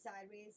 sideways